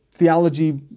theology